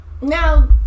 Now